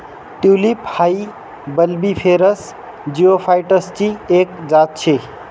tulip हाई bulbiferous जिओफाइटसची एक जात शे